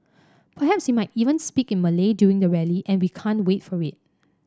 perhaps he might even speak in Malay during the rally and we can't wait for it